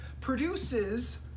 produces